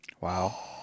Wow